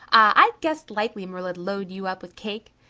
i guessed likely marilla d load you up with cake.